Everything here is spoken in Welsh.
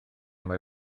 mae